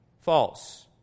false